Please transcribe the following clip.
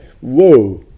whoa